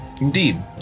Indeed